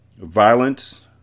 Violence